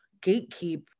gatekeep